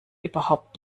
überhaupt